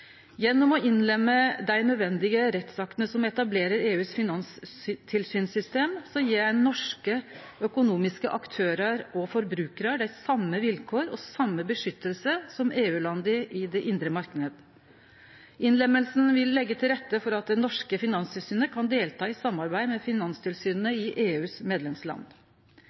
Gjennom å innlemme dei nødvendige rettsaktene som etablerer EUs finanstilsynssystem, gjev ein norske økonomiske aktørar og forbrukarar dei same vilkåra og den same beskyttelsen som EU-landa i den indre marknaden har. Innlemminga vil leggje til rette for at det norske Finanstilsynet kan delta i samarbeid med finanstilsyna i EUs medlemsland.